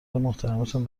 محترمتون